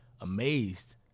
amazed